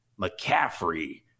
McCaffrey